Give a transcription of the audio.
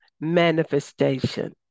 manifestation